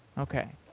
okay.